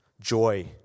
joy